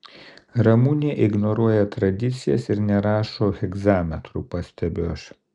ramunė ignoruoja tradicijas ir nerašo hegzametru pastebiu aš